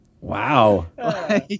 Wow